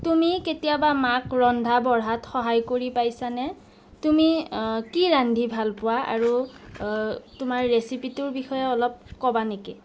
তুমি কেতিয়াবা মাক ৰন্ধা বঢ়াত সহায় কৰি পাইছানে তুমি কি ৰান্ধি ভাল পোৱা আৰু তোমাৰ ৰেচিপিটোৰ বিষয়ে অলপ ক'বা নেকি